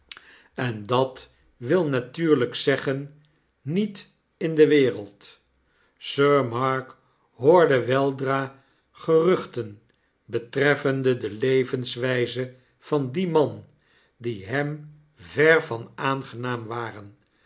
en dat wii natuurlyk zeggen niet in de wereld sir mark hoorde weldra geruchten betreffende de levenswyze van dien man die hem ver van aangenaam waren